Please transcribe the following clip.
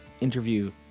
interview